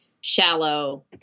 shallow